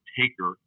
taker